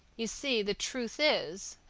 you see, the truth is,